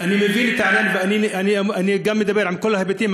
אני מבין את העניין, ואני גם מדבר מכל ההיבטים.